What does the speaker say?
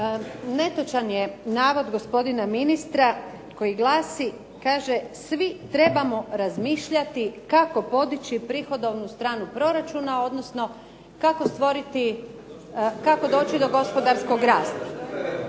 Netočan je navod gospodina ministra koji glasi, kaže svi trebamo razmišljati kako podići prihodovnu stranu proračuna, odnosno kako stvoriti, kako doći do gospodarskog rasta.